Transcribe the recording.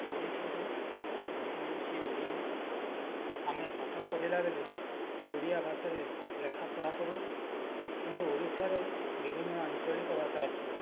ଓଡ଼ିଶାରେ ଭାଷା ହେଉଛି ଓଡିଆ ଆମେ ପାଠ ପଢ଼ିଲା ବେଳେ ଓଡିଆ ଭାଷାରେ ଲେଖା ପଢ଼ା କରୁ କିନ୍ତୁ ଓଡ଼ିଶାରେ ବିଭିନ୍ନ ଆଞ୍ଚଳିକ ଭାଷା ଅଛି